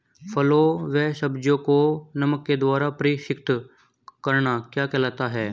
फलों व सब्जियों को नमक के द्वारा परीक्षित करना क्या कहलाता है?